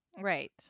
right